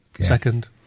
second